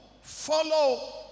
follow